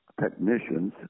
technicians